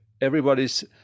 everybody's